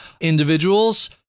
individuals